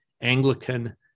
Anglican